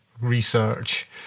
research